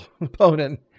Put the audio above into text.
opponent